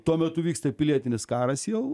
tuo metu vyksta pilietinis karas jau